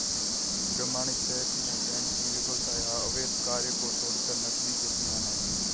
प्रमाणित चेक में बैंक की विफलता या अवैध कार्य को छोड़कर नकदी के समान है